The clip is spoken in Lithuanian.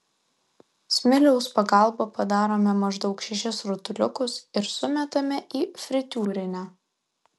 smiliaus pagalba padarome maždaug šešis rutuliukus ir sumetame į fritiūrinę